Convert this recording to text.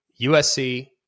USC